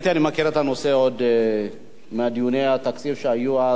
אני מכיר את הנושא עוד מדיוני התקציב שהיו אז,